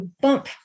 bump